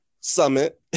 summit